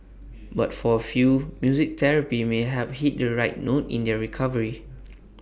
but for A few music therapy may help hit the right note in their recovery